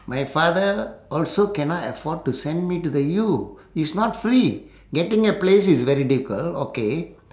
my father also cannot afford to send me to the U it's not free getting a place is very difficult okay